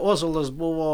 ozolas buvo